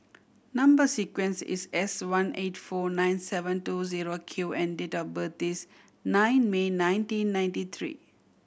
number sequence is S one eight four nine seven two zero Q and date of birth is nine May nineteen ninety three